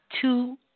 two